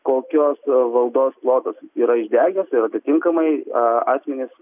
kokios valdos plotas yra įšdegęs ir atitinkamai asmenys